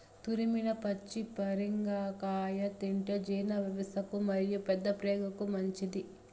తురిమిన పచ్చి పరింగర కాయ తింటే జీర్ణవ్యవస్థకు మరియు పెద్దప్రేగుకు మంచిది